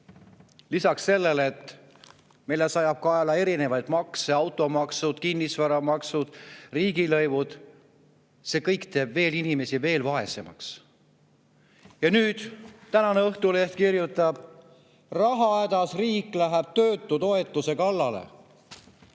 Lisaks sellele sajab meile kaela erinevaid makse: automaksud, kinnisvaramaksud, riigilõivud. See kõik teeb veel inimesi veel vaesemaks. Tänane Õhtuleht kirjutab, et rahahädas riik läheb töötutoetuse kallale.